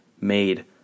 made